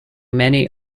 many